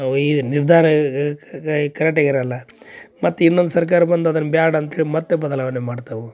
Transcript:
ಈ ನಿರ್ಧಾರ ಕರೆಕ್ಟಾಗಿ ಇರಲ್ಲ ಮತ್ತೆ ಇನ್ನೊಂದು ಸರ್ಕಾರ ಬಂದು ಅದನ್ನ ಬ್ಯಾಡ ಅಂತೇಳಿ ಮತ್ತೆ ಬದಲಾವಣೆ ಮಾಡ್ತವು